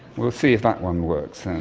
we'll see if that one works.